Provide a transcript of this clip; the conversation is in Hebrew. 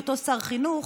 בהיותו שר חינוך,